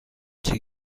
die